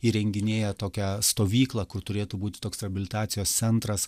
įrenginėja tokią stovyklą kur turėtų būti toks reabilitacijos centras